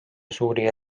suuri